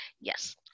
Yes